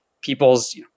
people's